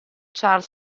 charles